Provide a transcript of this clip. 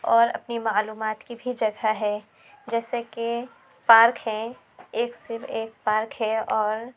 اور اپنی معلومات کی بھی جگہ ہے جیسے کہ پارک ہے ایک صرف ایک پارک ہے اور